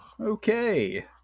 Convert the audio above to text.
okay